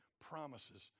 promises